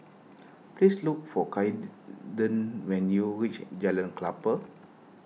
please look for Kaiden when you reach Jalan Klapa